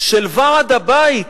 של ועד הבית,